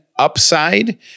upside